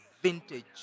Vintage